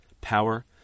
power